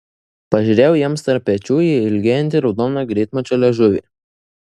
pažiūrėjau jiems tarp pečių į ilgėjantį raudoną greitmačio liežuvį